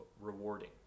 rewarding